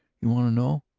you want to know?